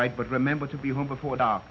right but remember to be home before